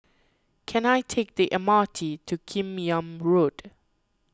can I take the M R T to Kim Yam Road